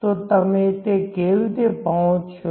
તો તમે તે કેવી રીતે પહોંચશો